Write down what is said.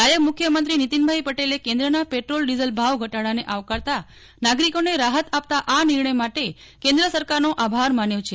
નાયબ મુખ્યમંત્રી નિતીનભાઈ પટેલે કેન્દ્રના પેટ્રોલ ડિઝલ ભાવ ઘટાડાને આવકારતા નાગરીકોને રાહત આપતા આ નિર્ણય માટે કેન્દ્ર સરકારનો આભાર માન્યો છે